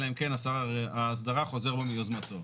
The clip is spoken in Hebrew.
אלא אם כן שר ההסדרה חוזר בו מיוזמתו.